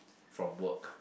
from work